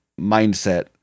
mindset